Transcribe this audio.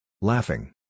Laughing